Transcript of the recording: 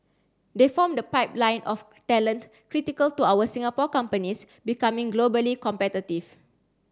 they form the pipeline of talent critical to our Singapore companies becoming globally competitive